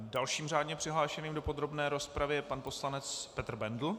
Dalším řádně přihlášeným do podrobné rozpravy je pan poslanec Petr Bendl.